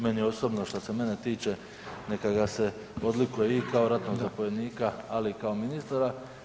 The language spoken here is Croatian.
Meni osobno što se mene tiče neka ga se odlikuje i kao ratnog zapovjednika, ali i kao ministra.